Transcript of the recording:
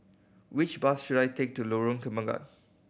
which bus should I take to Lorong Kembagan